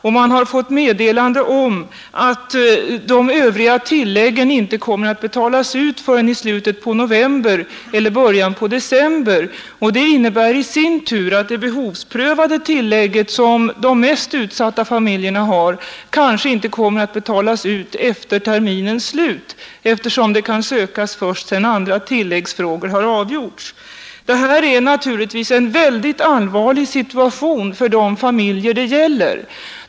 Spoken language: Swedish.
Man har också fått meddelande om att de övriga tilläggen inte kommer att betalas ut förrän i slutet på november eller i början på december. Det innebär i sin tur att de behovsprövade tilläggen, som de mest utsatta familjerna har, kanske inte kommer att betalas ut före terminens slut eftersom de kan sökas först sedan andra tilläggsfrågor har avgjorts. Detta är naturligtvis en väldigt allvarlig situation för de familjer det gäller.